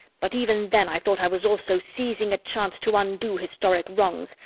but even then i thought i was also seizing a chance to undo historic wrongs,